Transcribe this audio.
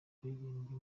kuririmbira